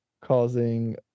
causing